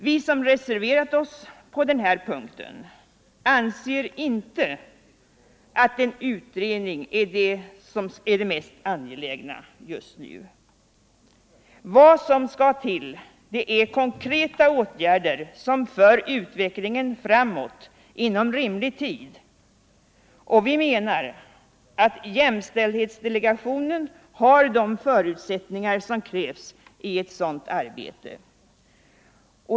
Vi som reserverat oss på den här punkten anser inte att en utredning är det mest angelägna just nu. Vad som skall till är konkreta åtgärder som för utvecklingen framåt inom rimlig tid, och vi menar att jämställdhetsdelegationen har de förutsättningar som krävs i ett sådant arbete.